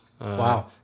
Wow